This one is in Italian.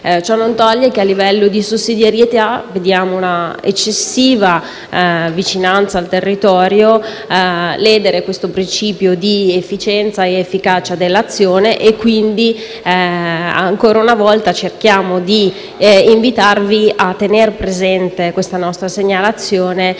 Ciò non toglie che, a livello di sussidiarietà, vediamo un'eccessiva vicinanza al territorio, vediamo ledere il principio di efficienza ed efficacia dell'azione e quindi, ancora una volta, vi invitiamo a tener presente la nostra segnalazione,